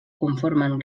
conformen